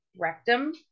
rectum